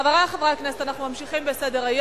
חברי חברי הכנסת, אנחנו ממשיכים בסדר-היום.